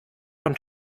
von